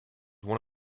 one